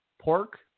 Pork